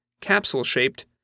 capsule-shaped